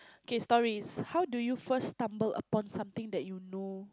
okay stories how do you first stumble upon something that you know